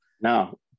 No